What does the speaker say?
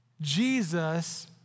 Jesus